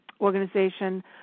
organization